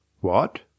What